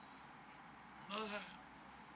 okay